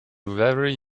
very